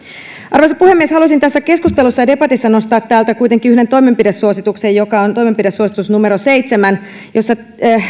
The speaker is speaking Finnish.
arvoisa puhemies haluaisin tässä keskustelussa ja debatissa nostaa täältä kuitenkin yhden toimenpidesuosituksen joka on toimenpidesuositus numero seitsemän jossa